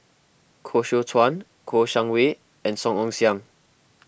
Koh Seow Chuan Kouo Shang Wei and Song Ong Siang